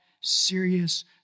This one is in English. serious